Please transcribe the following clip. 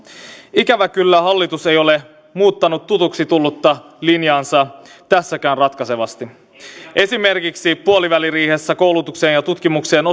ikävä kyllä hallitus ei ole muuttanut tutuksi tullutta linjaansa tässäkään ratkaisevasti esimerkiksi puoliväliriihessä koulutukseen ja tutkimukseen